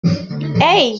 hey